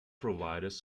providers